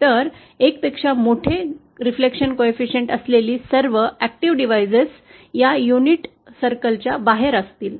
तर 1 पेक्षा मोठे परावर्तन गुणांक असलेली सर्व सक्रिय उपकरणे युनिट वर्तुळाच्या बाहेर असतील